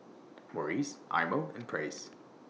Morries Eye Mo and Praise